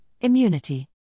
immunity